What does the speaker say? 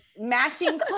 matching